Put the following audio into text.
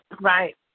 Right